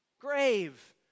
Grave